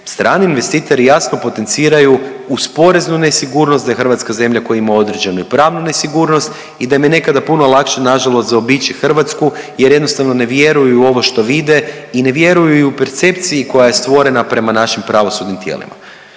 strani investitori jasno potenciraju uz poreznu nesigurnost da je Hrvatska zemlja koja ima određenu i pravnu nesigurnost i da im je nekada puno lakše nažalost zaobići Hrvatsku jer jednostavno ne vjeruju u ovo što vide i ne vjeruju percepciji koja je stvorena prema našim pravosudnim tijelima.